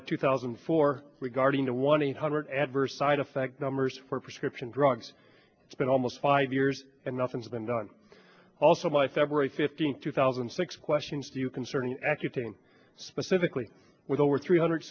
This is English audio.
of two thousand and four regarding the one eight hundred adverse side effect numbers for prescription drugs it's been almost five years and nothing's been done also by february fifteenth two thousand and six questions to you concerning accutane specifically with over three hundred